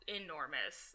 enormous